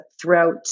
throughout